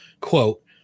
quote